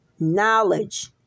Knowledge